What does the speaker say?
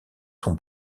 son